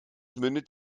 mündet